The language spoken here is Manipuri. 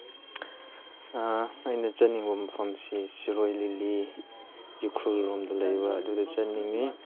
ꯑꯩꯅ ꯆꯠꯅꯤꯡꯕ ꯃꯐꯝꯁꯤ ꯁꯤꯔꯣꯏ ꯂꯤꯂꯤ ꯎꯈ꯭ꯔꯨꯜꯂꯣꯝꯗ ꯂꯩꯕ ꯑꯗꯨꯗ ꯆꯠꯅꯤꯡꯉꯤ